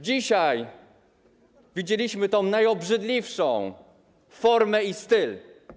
Dzisiaj widzieliśmy tę najobrzydliwszą formę i styl.